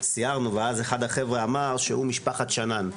סיירנו ואז אחד החבר'ה אמר שהוא ממשפחת שנאן,